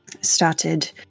started